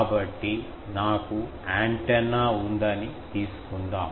కాబట్టి నాకు యాంటెన్నా ఉందని తీసుకుందాం